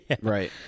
Right